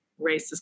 racist